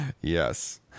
Yes